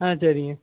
ஆ சரிங்க